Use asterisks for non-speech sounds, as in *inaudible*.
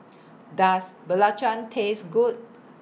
*noise* Does Belacan Taste Good